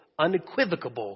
unequivocable